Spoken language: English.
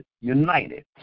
united